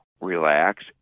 relax